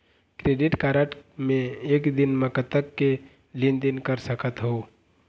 Credit card मे एक दिन म कतक के लेन देन कर सकत हो?